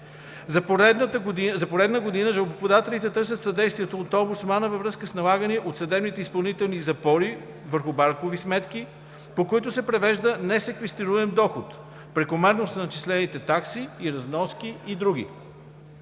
За поредна година жалбоподателите търсят съдействието от омбудсмана във връзка с налагани от съдебните изпълнители запори върху банкови сметки, по които се превежда несеквестируем доход, прекомерност на начислените такси и разноски и други.